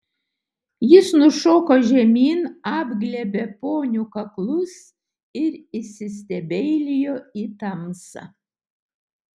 jis nušoko žemyn apglėbė ponių kaklus ir įsistebeilijo į tamsą